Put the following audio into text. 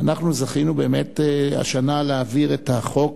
זכינו באמת השנה להעביר את החוק,